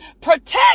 protect